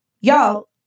Y'all